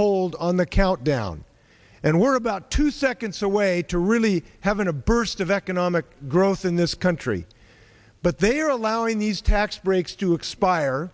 hold on the countdown and we're about two seconds away to really having a burst of economic growth in this country but they are allowing these tax breaks to expire